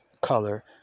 color